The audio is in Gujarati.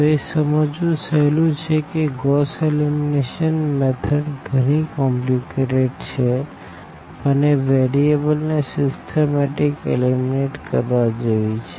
તો એ સમજવું સહેલું છે કે ગોસ એલિમિનેશન મેથડ ગણી કોમ્પલીકેટેડ છે પણ એ વેરીઅબલ ને સીસટમેટીક રીતે એલીમીનેટ કરવા જેવી છે